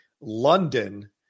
London